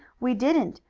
we didn't.